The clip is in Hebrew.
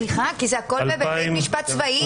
סליחה כי זה הכל בבתי משפט צבאיים,